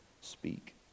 speak